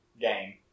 game